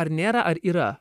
ar nėra ar yra